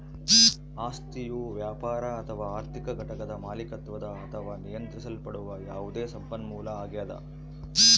ಆಸ್ತಿಯು ವ್ಯಾಪಾರ ಅಥವಾ ಆರ್ಥಿಕ ಘಟಕದ ಮಾಲೀಕತ್ವದ ಅಥವಾ ನಿಯಂತ್ರಿಸಲ್ಪಡುವ ಯಾವುದೇ ಸಂಪನ್ಮೂಲ ಆಗ್ಯದ